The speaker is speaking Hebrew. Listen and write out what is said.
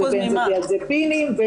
דיאזפינים,